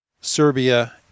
serbia